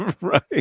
Right